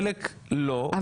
חלק לא,